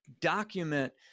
document